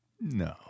No